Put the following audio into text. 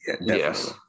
Yes